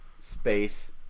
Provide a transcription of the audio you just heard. space